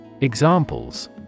Examples